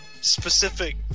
specific